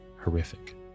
horrific